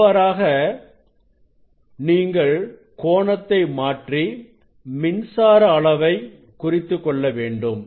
இவ்வாறாக நீங்கள் கோணத்தை மாற்றி மின்சார அளவை குறித்துக்கொள்ள வேண்டும்